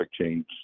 change